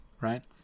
right